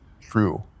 true